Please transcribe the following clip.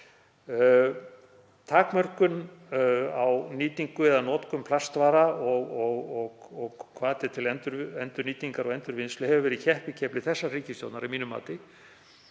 Takmörkun á nýtingu eða notkun plastvara og hvati til að endurnýtingar og endurvinnslu hefur verið keppikefli þessarar ríkisstjórnar að mínu mati.